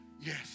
yes